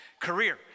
career